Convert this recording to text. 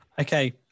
Okay